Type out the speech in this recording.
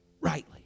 rightly